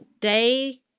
day